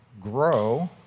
grow